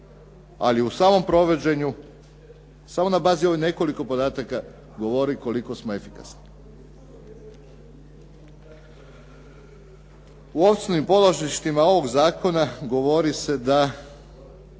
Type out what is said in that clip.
ali u samom provođenju samo na bazi ovih nekoliko podataka govori koliko smo efikasni. U osnovnim polazištima ovog zakona govori se da